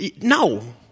no